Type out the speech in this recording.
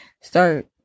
start